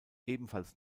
ebenfalls